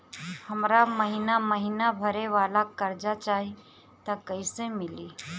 हमरा महिना महीना भरे वाला कर्जा चाही त कईसे मिली?